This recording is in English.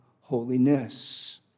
holiness